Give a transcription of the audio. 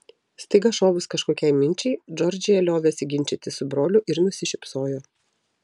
staiga šovus kažkokiai minčiai džordžija liovėsi ginčytis su broliu ir nusišypsojo